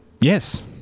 Yes